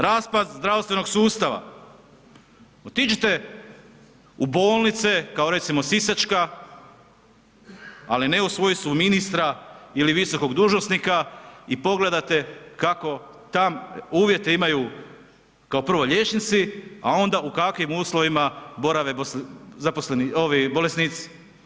Raspad zdravstvenog sustava, otiđite u bolnice kao recimo sisačka, ali ne u svojstvu ministra ili visokog dužnosnika i pogledate kako tam, uvjete imaju kao prvo liječnici, a onda u kakvim uslovima borave ovi bolesnici.